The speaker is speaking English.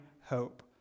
hope